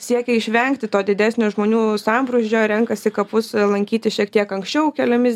siekia išvengti to didesnio žmonių sambrūzdžio renkasi į kapus lankyti šiek tiek anksčiau keliomis